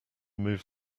move